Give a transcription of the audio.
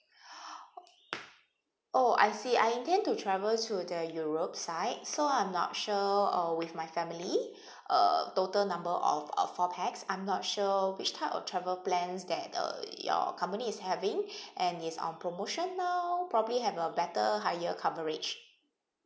oh I see I intend to travel to the europe sides so I'm not sure uh with my family a total number of of four pax I'm not sure which type of travel plans that uh your company is having and is on promotion now probably have a better higher coverage